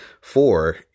four